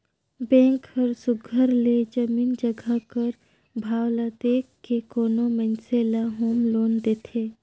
bank हर सुग्घर ले जमीन जगहा कर भाव ल देख के कोनो मइनसे ल होम लोन देथे